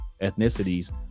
ethnicities